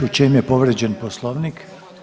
U čem je povrijeđen poslovnik?